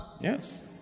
Yes